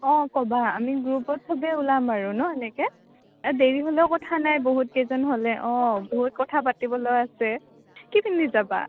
অঁ ক'বা আমি গ্ৰুপত চবেই ওলাম আৰু ন এনেকে আৰু দেৰি হ'লেও কথা নাই বহুত কেইজন হ'লে অঁ বহুত কথা পাতিবলে আছে কি পিন্ধি যাবা